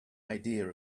idea